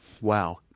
wow